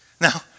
Now